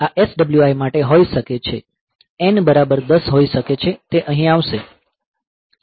આ SWI માટે હોઈ શકે છે n બરાબર 10 હોઈ શકે છે કે તે અહીં આવશે